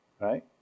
right